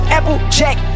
Applejack